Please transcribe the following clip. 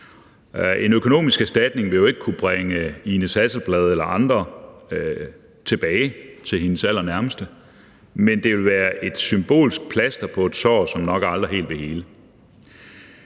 En økonomisk erstatning vil jo ikke kunne bringe Inez Hasselblad eller andre tilbage til de allernærmeste, men det vil være et symbolsk plaster på et sår, som nok aldrig helt vil hele,